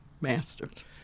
master's